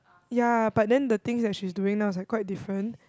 ya but then the things like she's doing now is like quite different